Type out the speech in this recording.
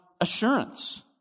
assurance